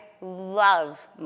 love